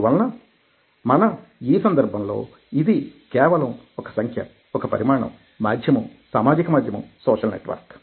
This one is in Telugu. అందువలన మన ఈ సందర్భంలో ఇది కేవలం ఒక సంఖ్య ఒక పరిమాణం మాధ్యమం సామాజిక మాధ్యమం సోషల్ నెట్వర్క్